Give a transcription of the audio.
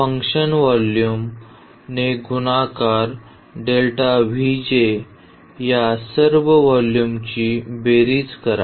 function value ने गुणाकार या सर्व व्हॉल्यूमची बेरीज करा